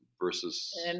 versus